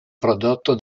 prodotto